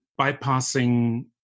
bypassing